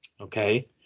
Okay